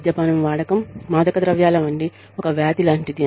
మద్యపానం వాడకం మాదకద్రవ్యాల వంటి ఒక వ్యాధి లాంటిది